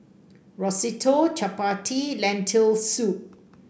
Risotto Chapati Lentil Soup